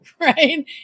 Right